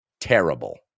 terrible